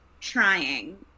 trying